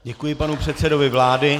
Děkuji panu předsedovi vlády.